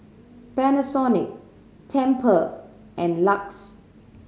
Panasonic Tempur and LUX